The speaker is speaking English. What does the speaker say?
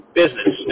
business